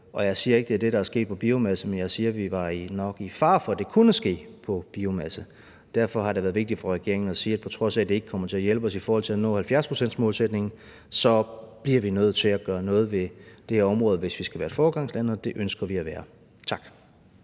Jeg siger ikke, at det er det, der er sket på biomasse, men jeg siger, at vi nok var i fare for, at det kunne ske på biomasse, så derfor har det været vigtigt for regeringen at sige, at på trods af at det ikke kommer til at hjælpe os med at nå 70-procentsmålsætningen, bliver vi nødt til at gøre noget ved det område, hvis vi skal være foregangsland, og det ønsker vi at være. Tak.